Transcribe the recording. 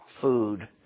food